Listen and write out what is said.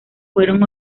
fueron